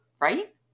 right